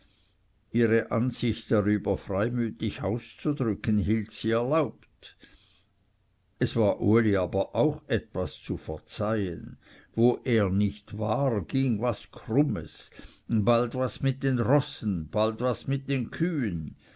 ihre ansicht darüber freimütig auszudrücken hielt sie erlaubt es war uli aber auch etwas zu verzeihen wo er nicht war ging was krummes bald was mit den rossen bald was mit den kühen